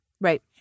right